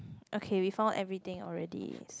okay we found everything already